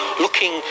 looking